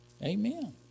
Amen